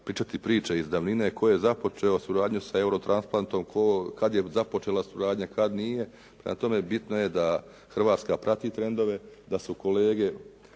pričati priče iz davnine tko je započeo suradnju sa eurotransplantom, tko je, kada je započela suradnja, kada nije. Prema tome, bitno je da Hrvatska prati trendove da su kolege,